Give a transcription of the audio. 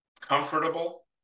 comfortable